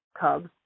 cubs